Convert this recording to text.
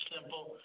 simple